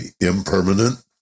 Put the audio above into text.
impermanent